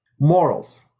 morals